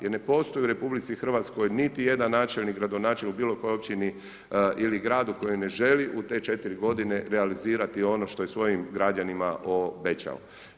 Jer ne postoji u RH niti jedan načelnik i gradonačelnik u bilo kojoj općini ili gradu koji ne želi u te četiri godine realizirati ono što je svojim građanima obećao.